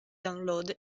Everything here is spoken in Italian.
download